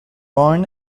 born